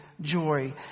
joy